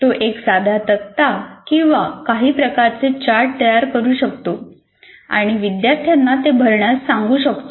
तो एक साधा तक्ता किंवा काही प्रकारचे चार्ट तयार करू शकतो आणि विद्यार्थ्यांना ते भरण्यास सांगू शकतो